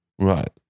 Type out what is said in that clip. right